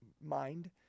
mind